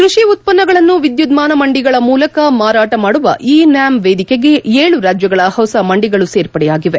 ಕ್ಬಡಿ ಉತ್ಪನ್ನಗಳನ್ನು ವಿದ್ಯುನ್ಮಾನ ಮಂಡಿಗಳ ಮೂಲಕ ಮಾರಾಟ ಮಾಡುವ ಇ ನ್ಯಾಮ್ ವೇದಿಕೆಗೆ ಏಳು ರಾಜ್ಯಗಳ ಹೊಸ ಮಂಡಿಗಳು ಸೇರ್ಪಡೆಯಾಗಿವೆ